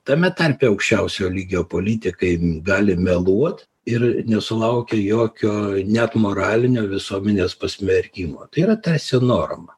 tame tarpe aukščiausio lygio politikai gali meluot ir nesulaukia jokio net moralinio visuomenės pasmerkimo tai yra tarsi norma